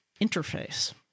interface